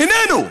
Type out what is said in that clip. איננו.